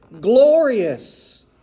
Glorious